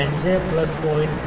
5 plus 0